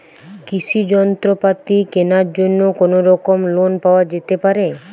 কৃষিযন্ত্রপাতি কেনার জন্য কোনোরকম লোন পাওয়া যেতে পারে?